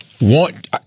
want